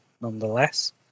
nonetheless